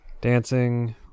dancing